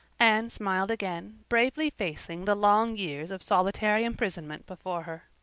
anne smiled again, bravely facing the long years of solitary imprisonment before her.